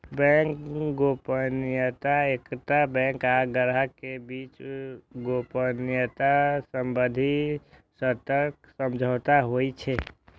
bank गोपनीयता एकटा bank आ ग्राहक के बीच गोपनीयता संबंधी सशर्त समझौता होइ छै